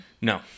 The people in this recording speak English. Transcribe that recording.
No